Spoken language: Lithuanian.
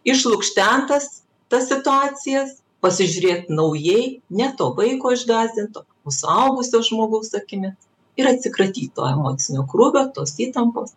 išlukštent tas tas situacijas pasižiūrėt naujai ne to vaiko išgąsdinto suaugusio žmogaus akimis ir atsikratyt to emocinio krūvio tos įtampos